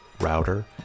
router